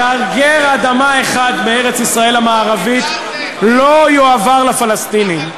גרגר אדמה אחד מארץ-ישראל המערבית לא יועבר לפלסטינים.